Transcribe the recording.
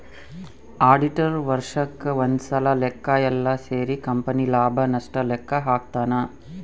auditor ವರ್ಷಕ್ ಒಂದ್ಸಲ ಲೆಕ್ಕ ಯೆಲ್ಲ ಸೇರಿ ಕಂಪನಿ ಲಾಭ ನಷ್ಟ ಲೆಕ್ಕ ಹಾಕ್ತಾನ